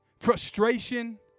frustration